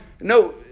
no